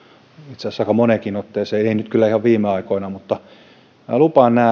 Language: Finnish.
itse asiassa aika moneenkin otteeseen ei nyt kyllä ihan viime aikoina mutta minä lupaan